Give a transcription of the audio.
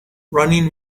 running